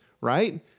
right